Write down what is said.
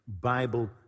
Bible